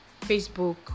Facebook